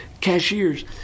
cashiers